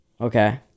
Okay